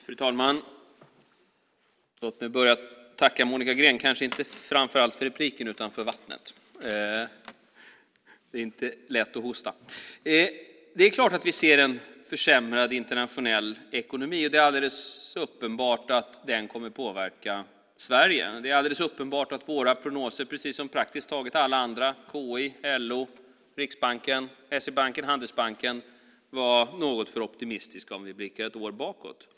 Fru talman! Låt mig börja med att tacka Monica Green, kanske inte framför allt för inlägget utan för vattnet. Det är inte lätt att hosta. Det är klart att vi ser en försämrad internationell ekonomi, och det är alldeles uppenbart att den kommer att påverka Sverige. Det är alldeles uppenbart att våra prognoser, precis som praktiskt taget alla andras - KI, LO, Riksbanken, SE-banken och Handelsbanken - var något för optimistiska om vi blickar ett år bakåt.